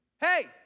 hey